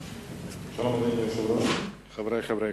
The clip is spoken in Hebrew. שלום, אדוני היושב-ראש, חברי הכנסת,